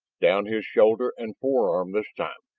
down his shoulder and forearm this time.